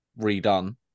redone